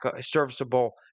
serviceable